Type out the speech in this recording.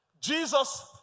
Jesus